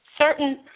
certain